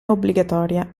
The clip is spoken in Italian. obbligatoria